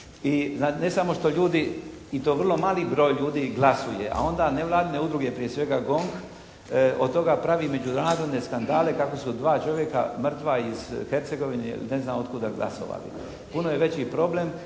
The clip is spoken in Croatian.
i to vrlo mali broj ljudi glasuje, a onda nevladine udruge, prije svega GONG od toga pravi međunarodne skandale kako su od dva čovjeka mrtva iz Hercegovine ili ne znam otkuda glasovali. Puno je veći problem,